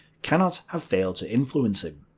cannot have failed to influence him.